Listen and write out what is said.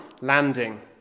landing